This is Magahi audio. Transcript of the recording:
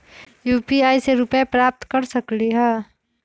यू.पी.आई से रुपए प्राप्त कर सकलीहल?